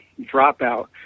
dropout